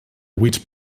buits